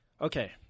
Okay